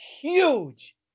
huge